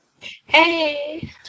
Hey